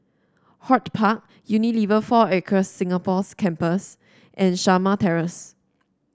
HortPark Unilever Four Acres Singapore's Campus and Shamah Terrace